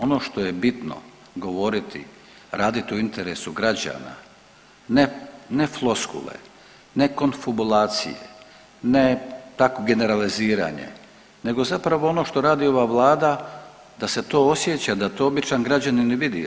Ono što je bitno govoriti, raditi u interesu građana ne floskule, ne konfubulacije, ne tako generaliziranje, nego zapravo ono što radi ova Vlada da se to osjećaj da to običan građanin vidi.